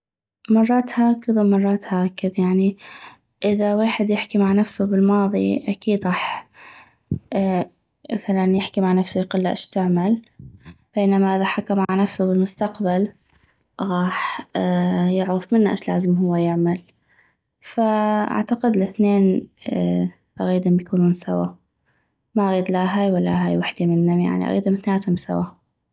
مرات هكذ ومرات هكذ يعني اذا ويحد يحكي مع نفسو بالماضي اكيد غاح مثلا يحكي مع نفسو يقلا اش تعمل بينما اذا حكا مع نفسو بالمستقبل غاح يعغف منا هو اش لازم هو يعمل فاعتقد الاثنين اغيدم يكونون سوا ما اغيد لا هاي ولا هاي وحدي منم يعني اغيدم اثنيناتم سوا